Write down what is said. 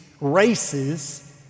races